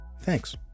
Thanks